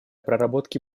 проработки